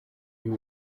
you